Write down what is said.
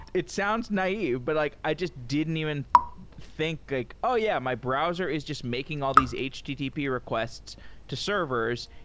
it it sounds naive, but like i just didn't even think like, oh, yeah. my browser is just making all these http requests to servers.